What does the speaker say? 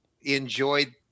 enjoyed